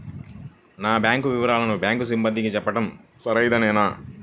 నా బ్యాంకు వివరాలను బ్యాంకు సిబ్బందికి చెప్పడం సరైందేనా?